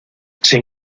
sin